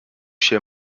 się